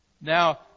Now